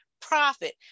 profit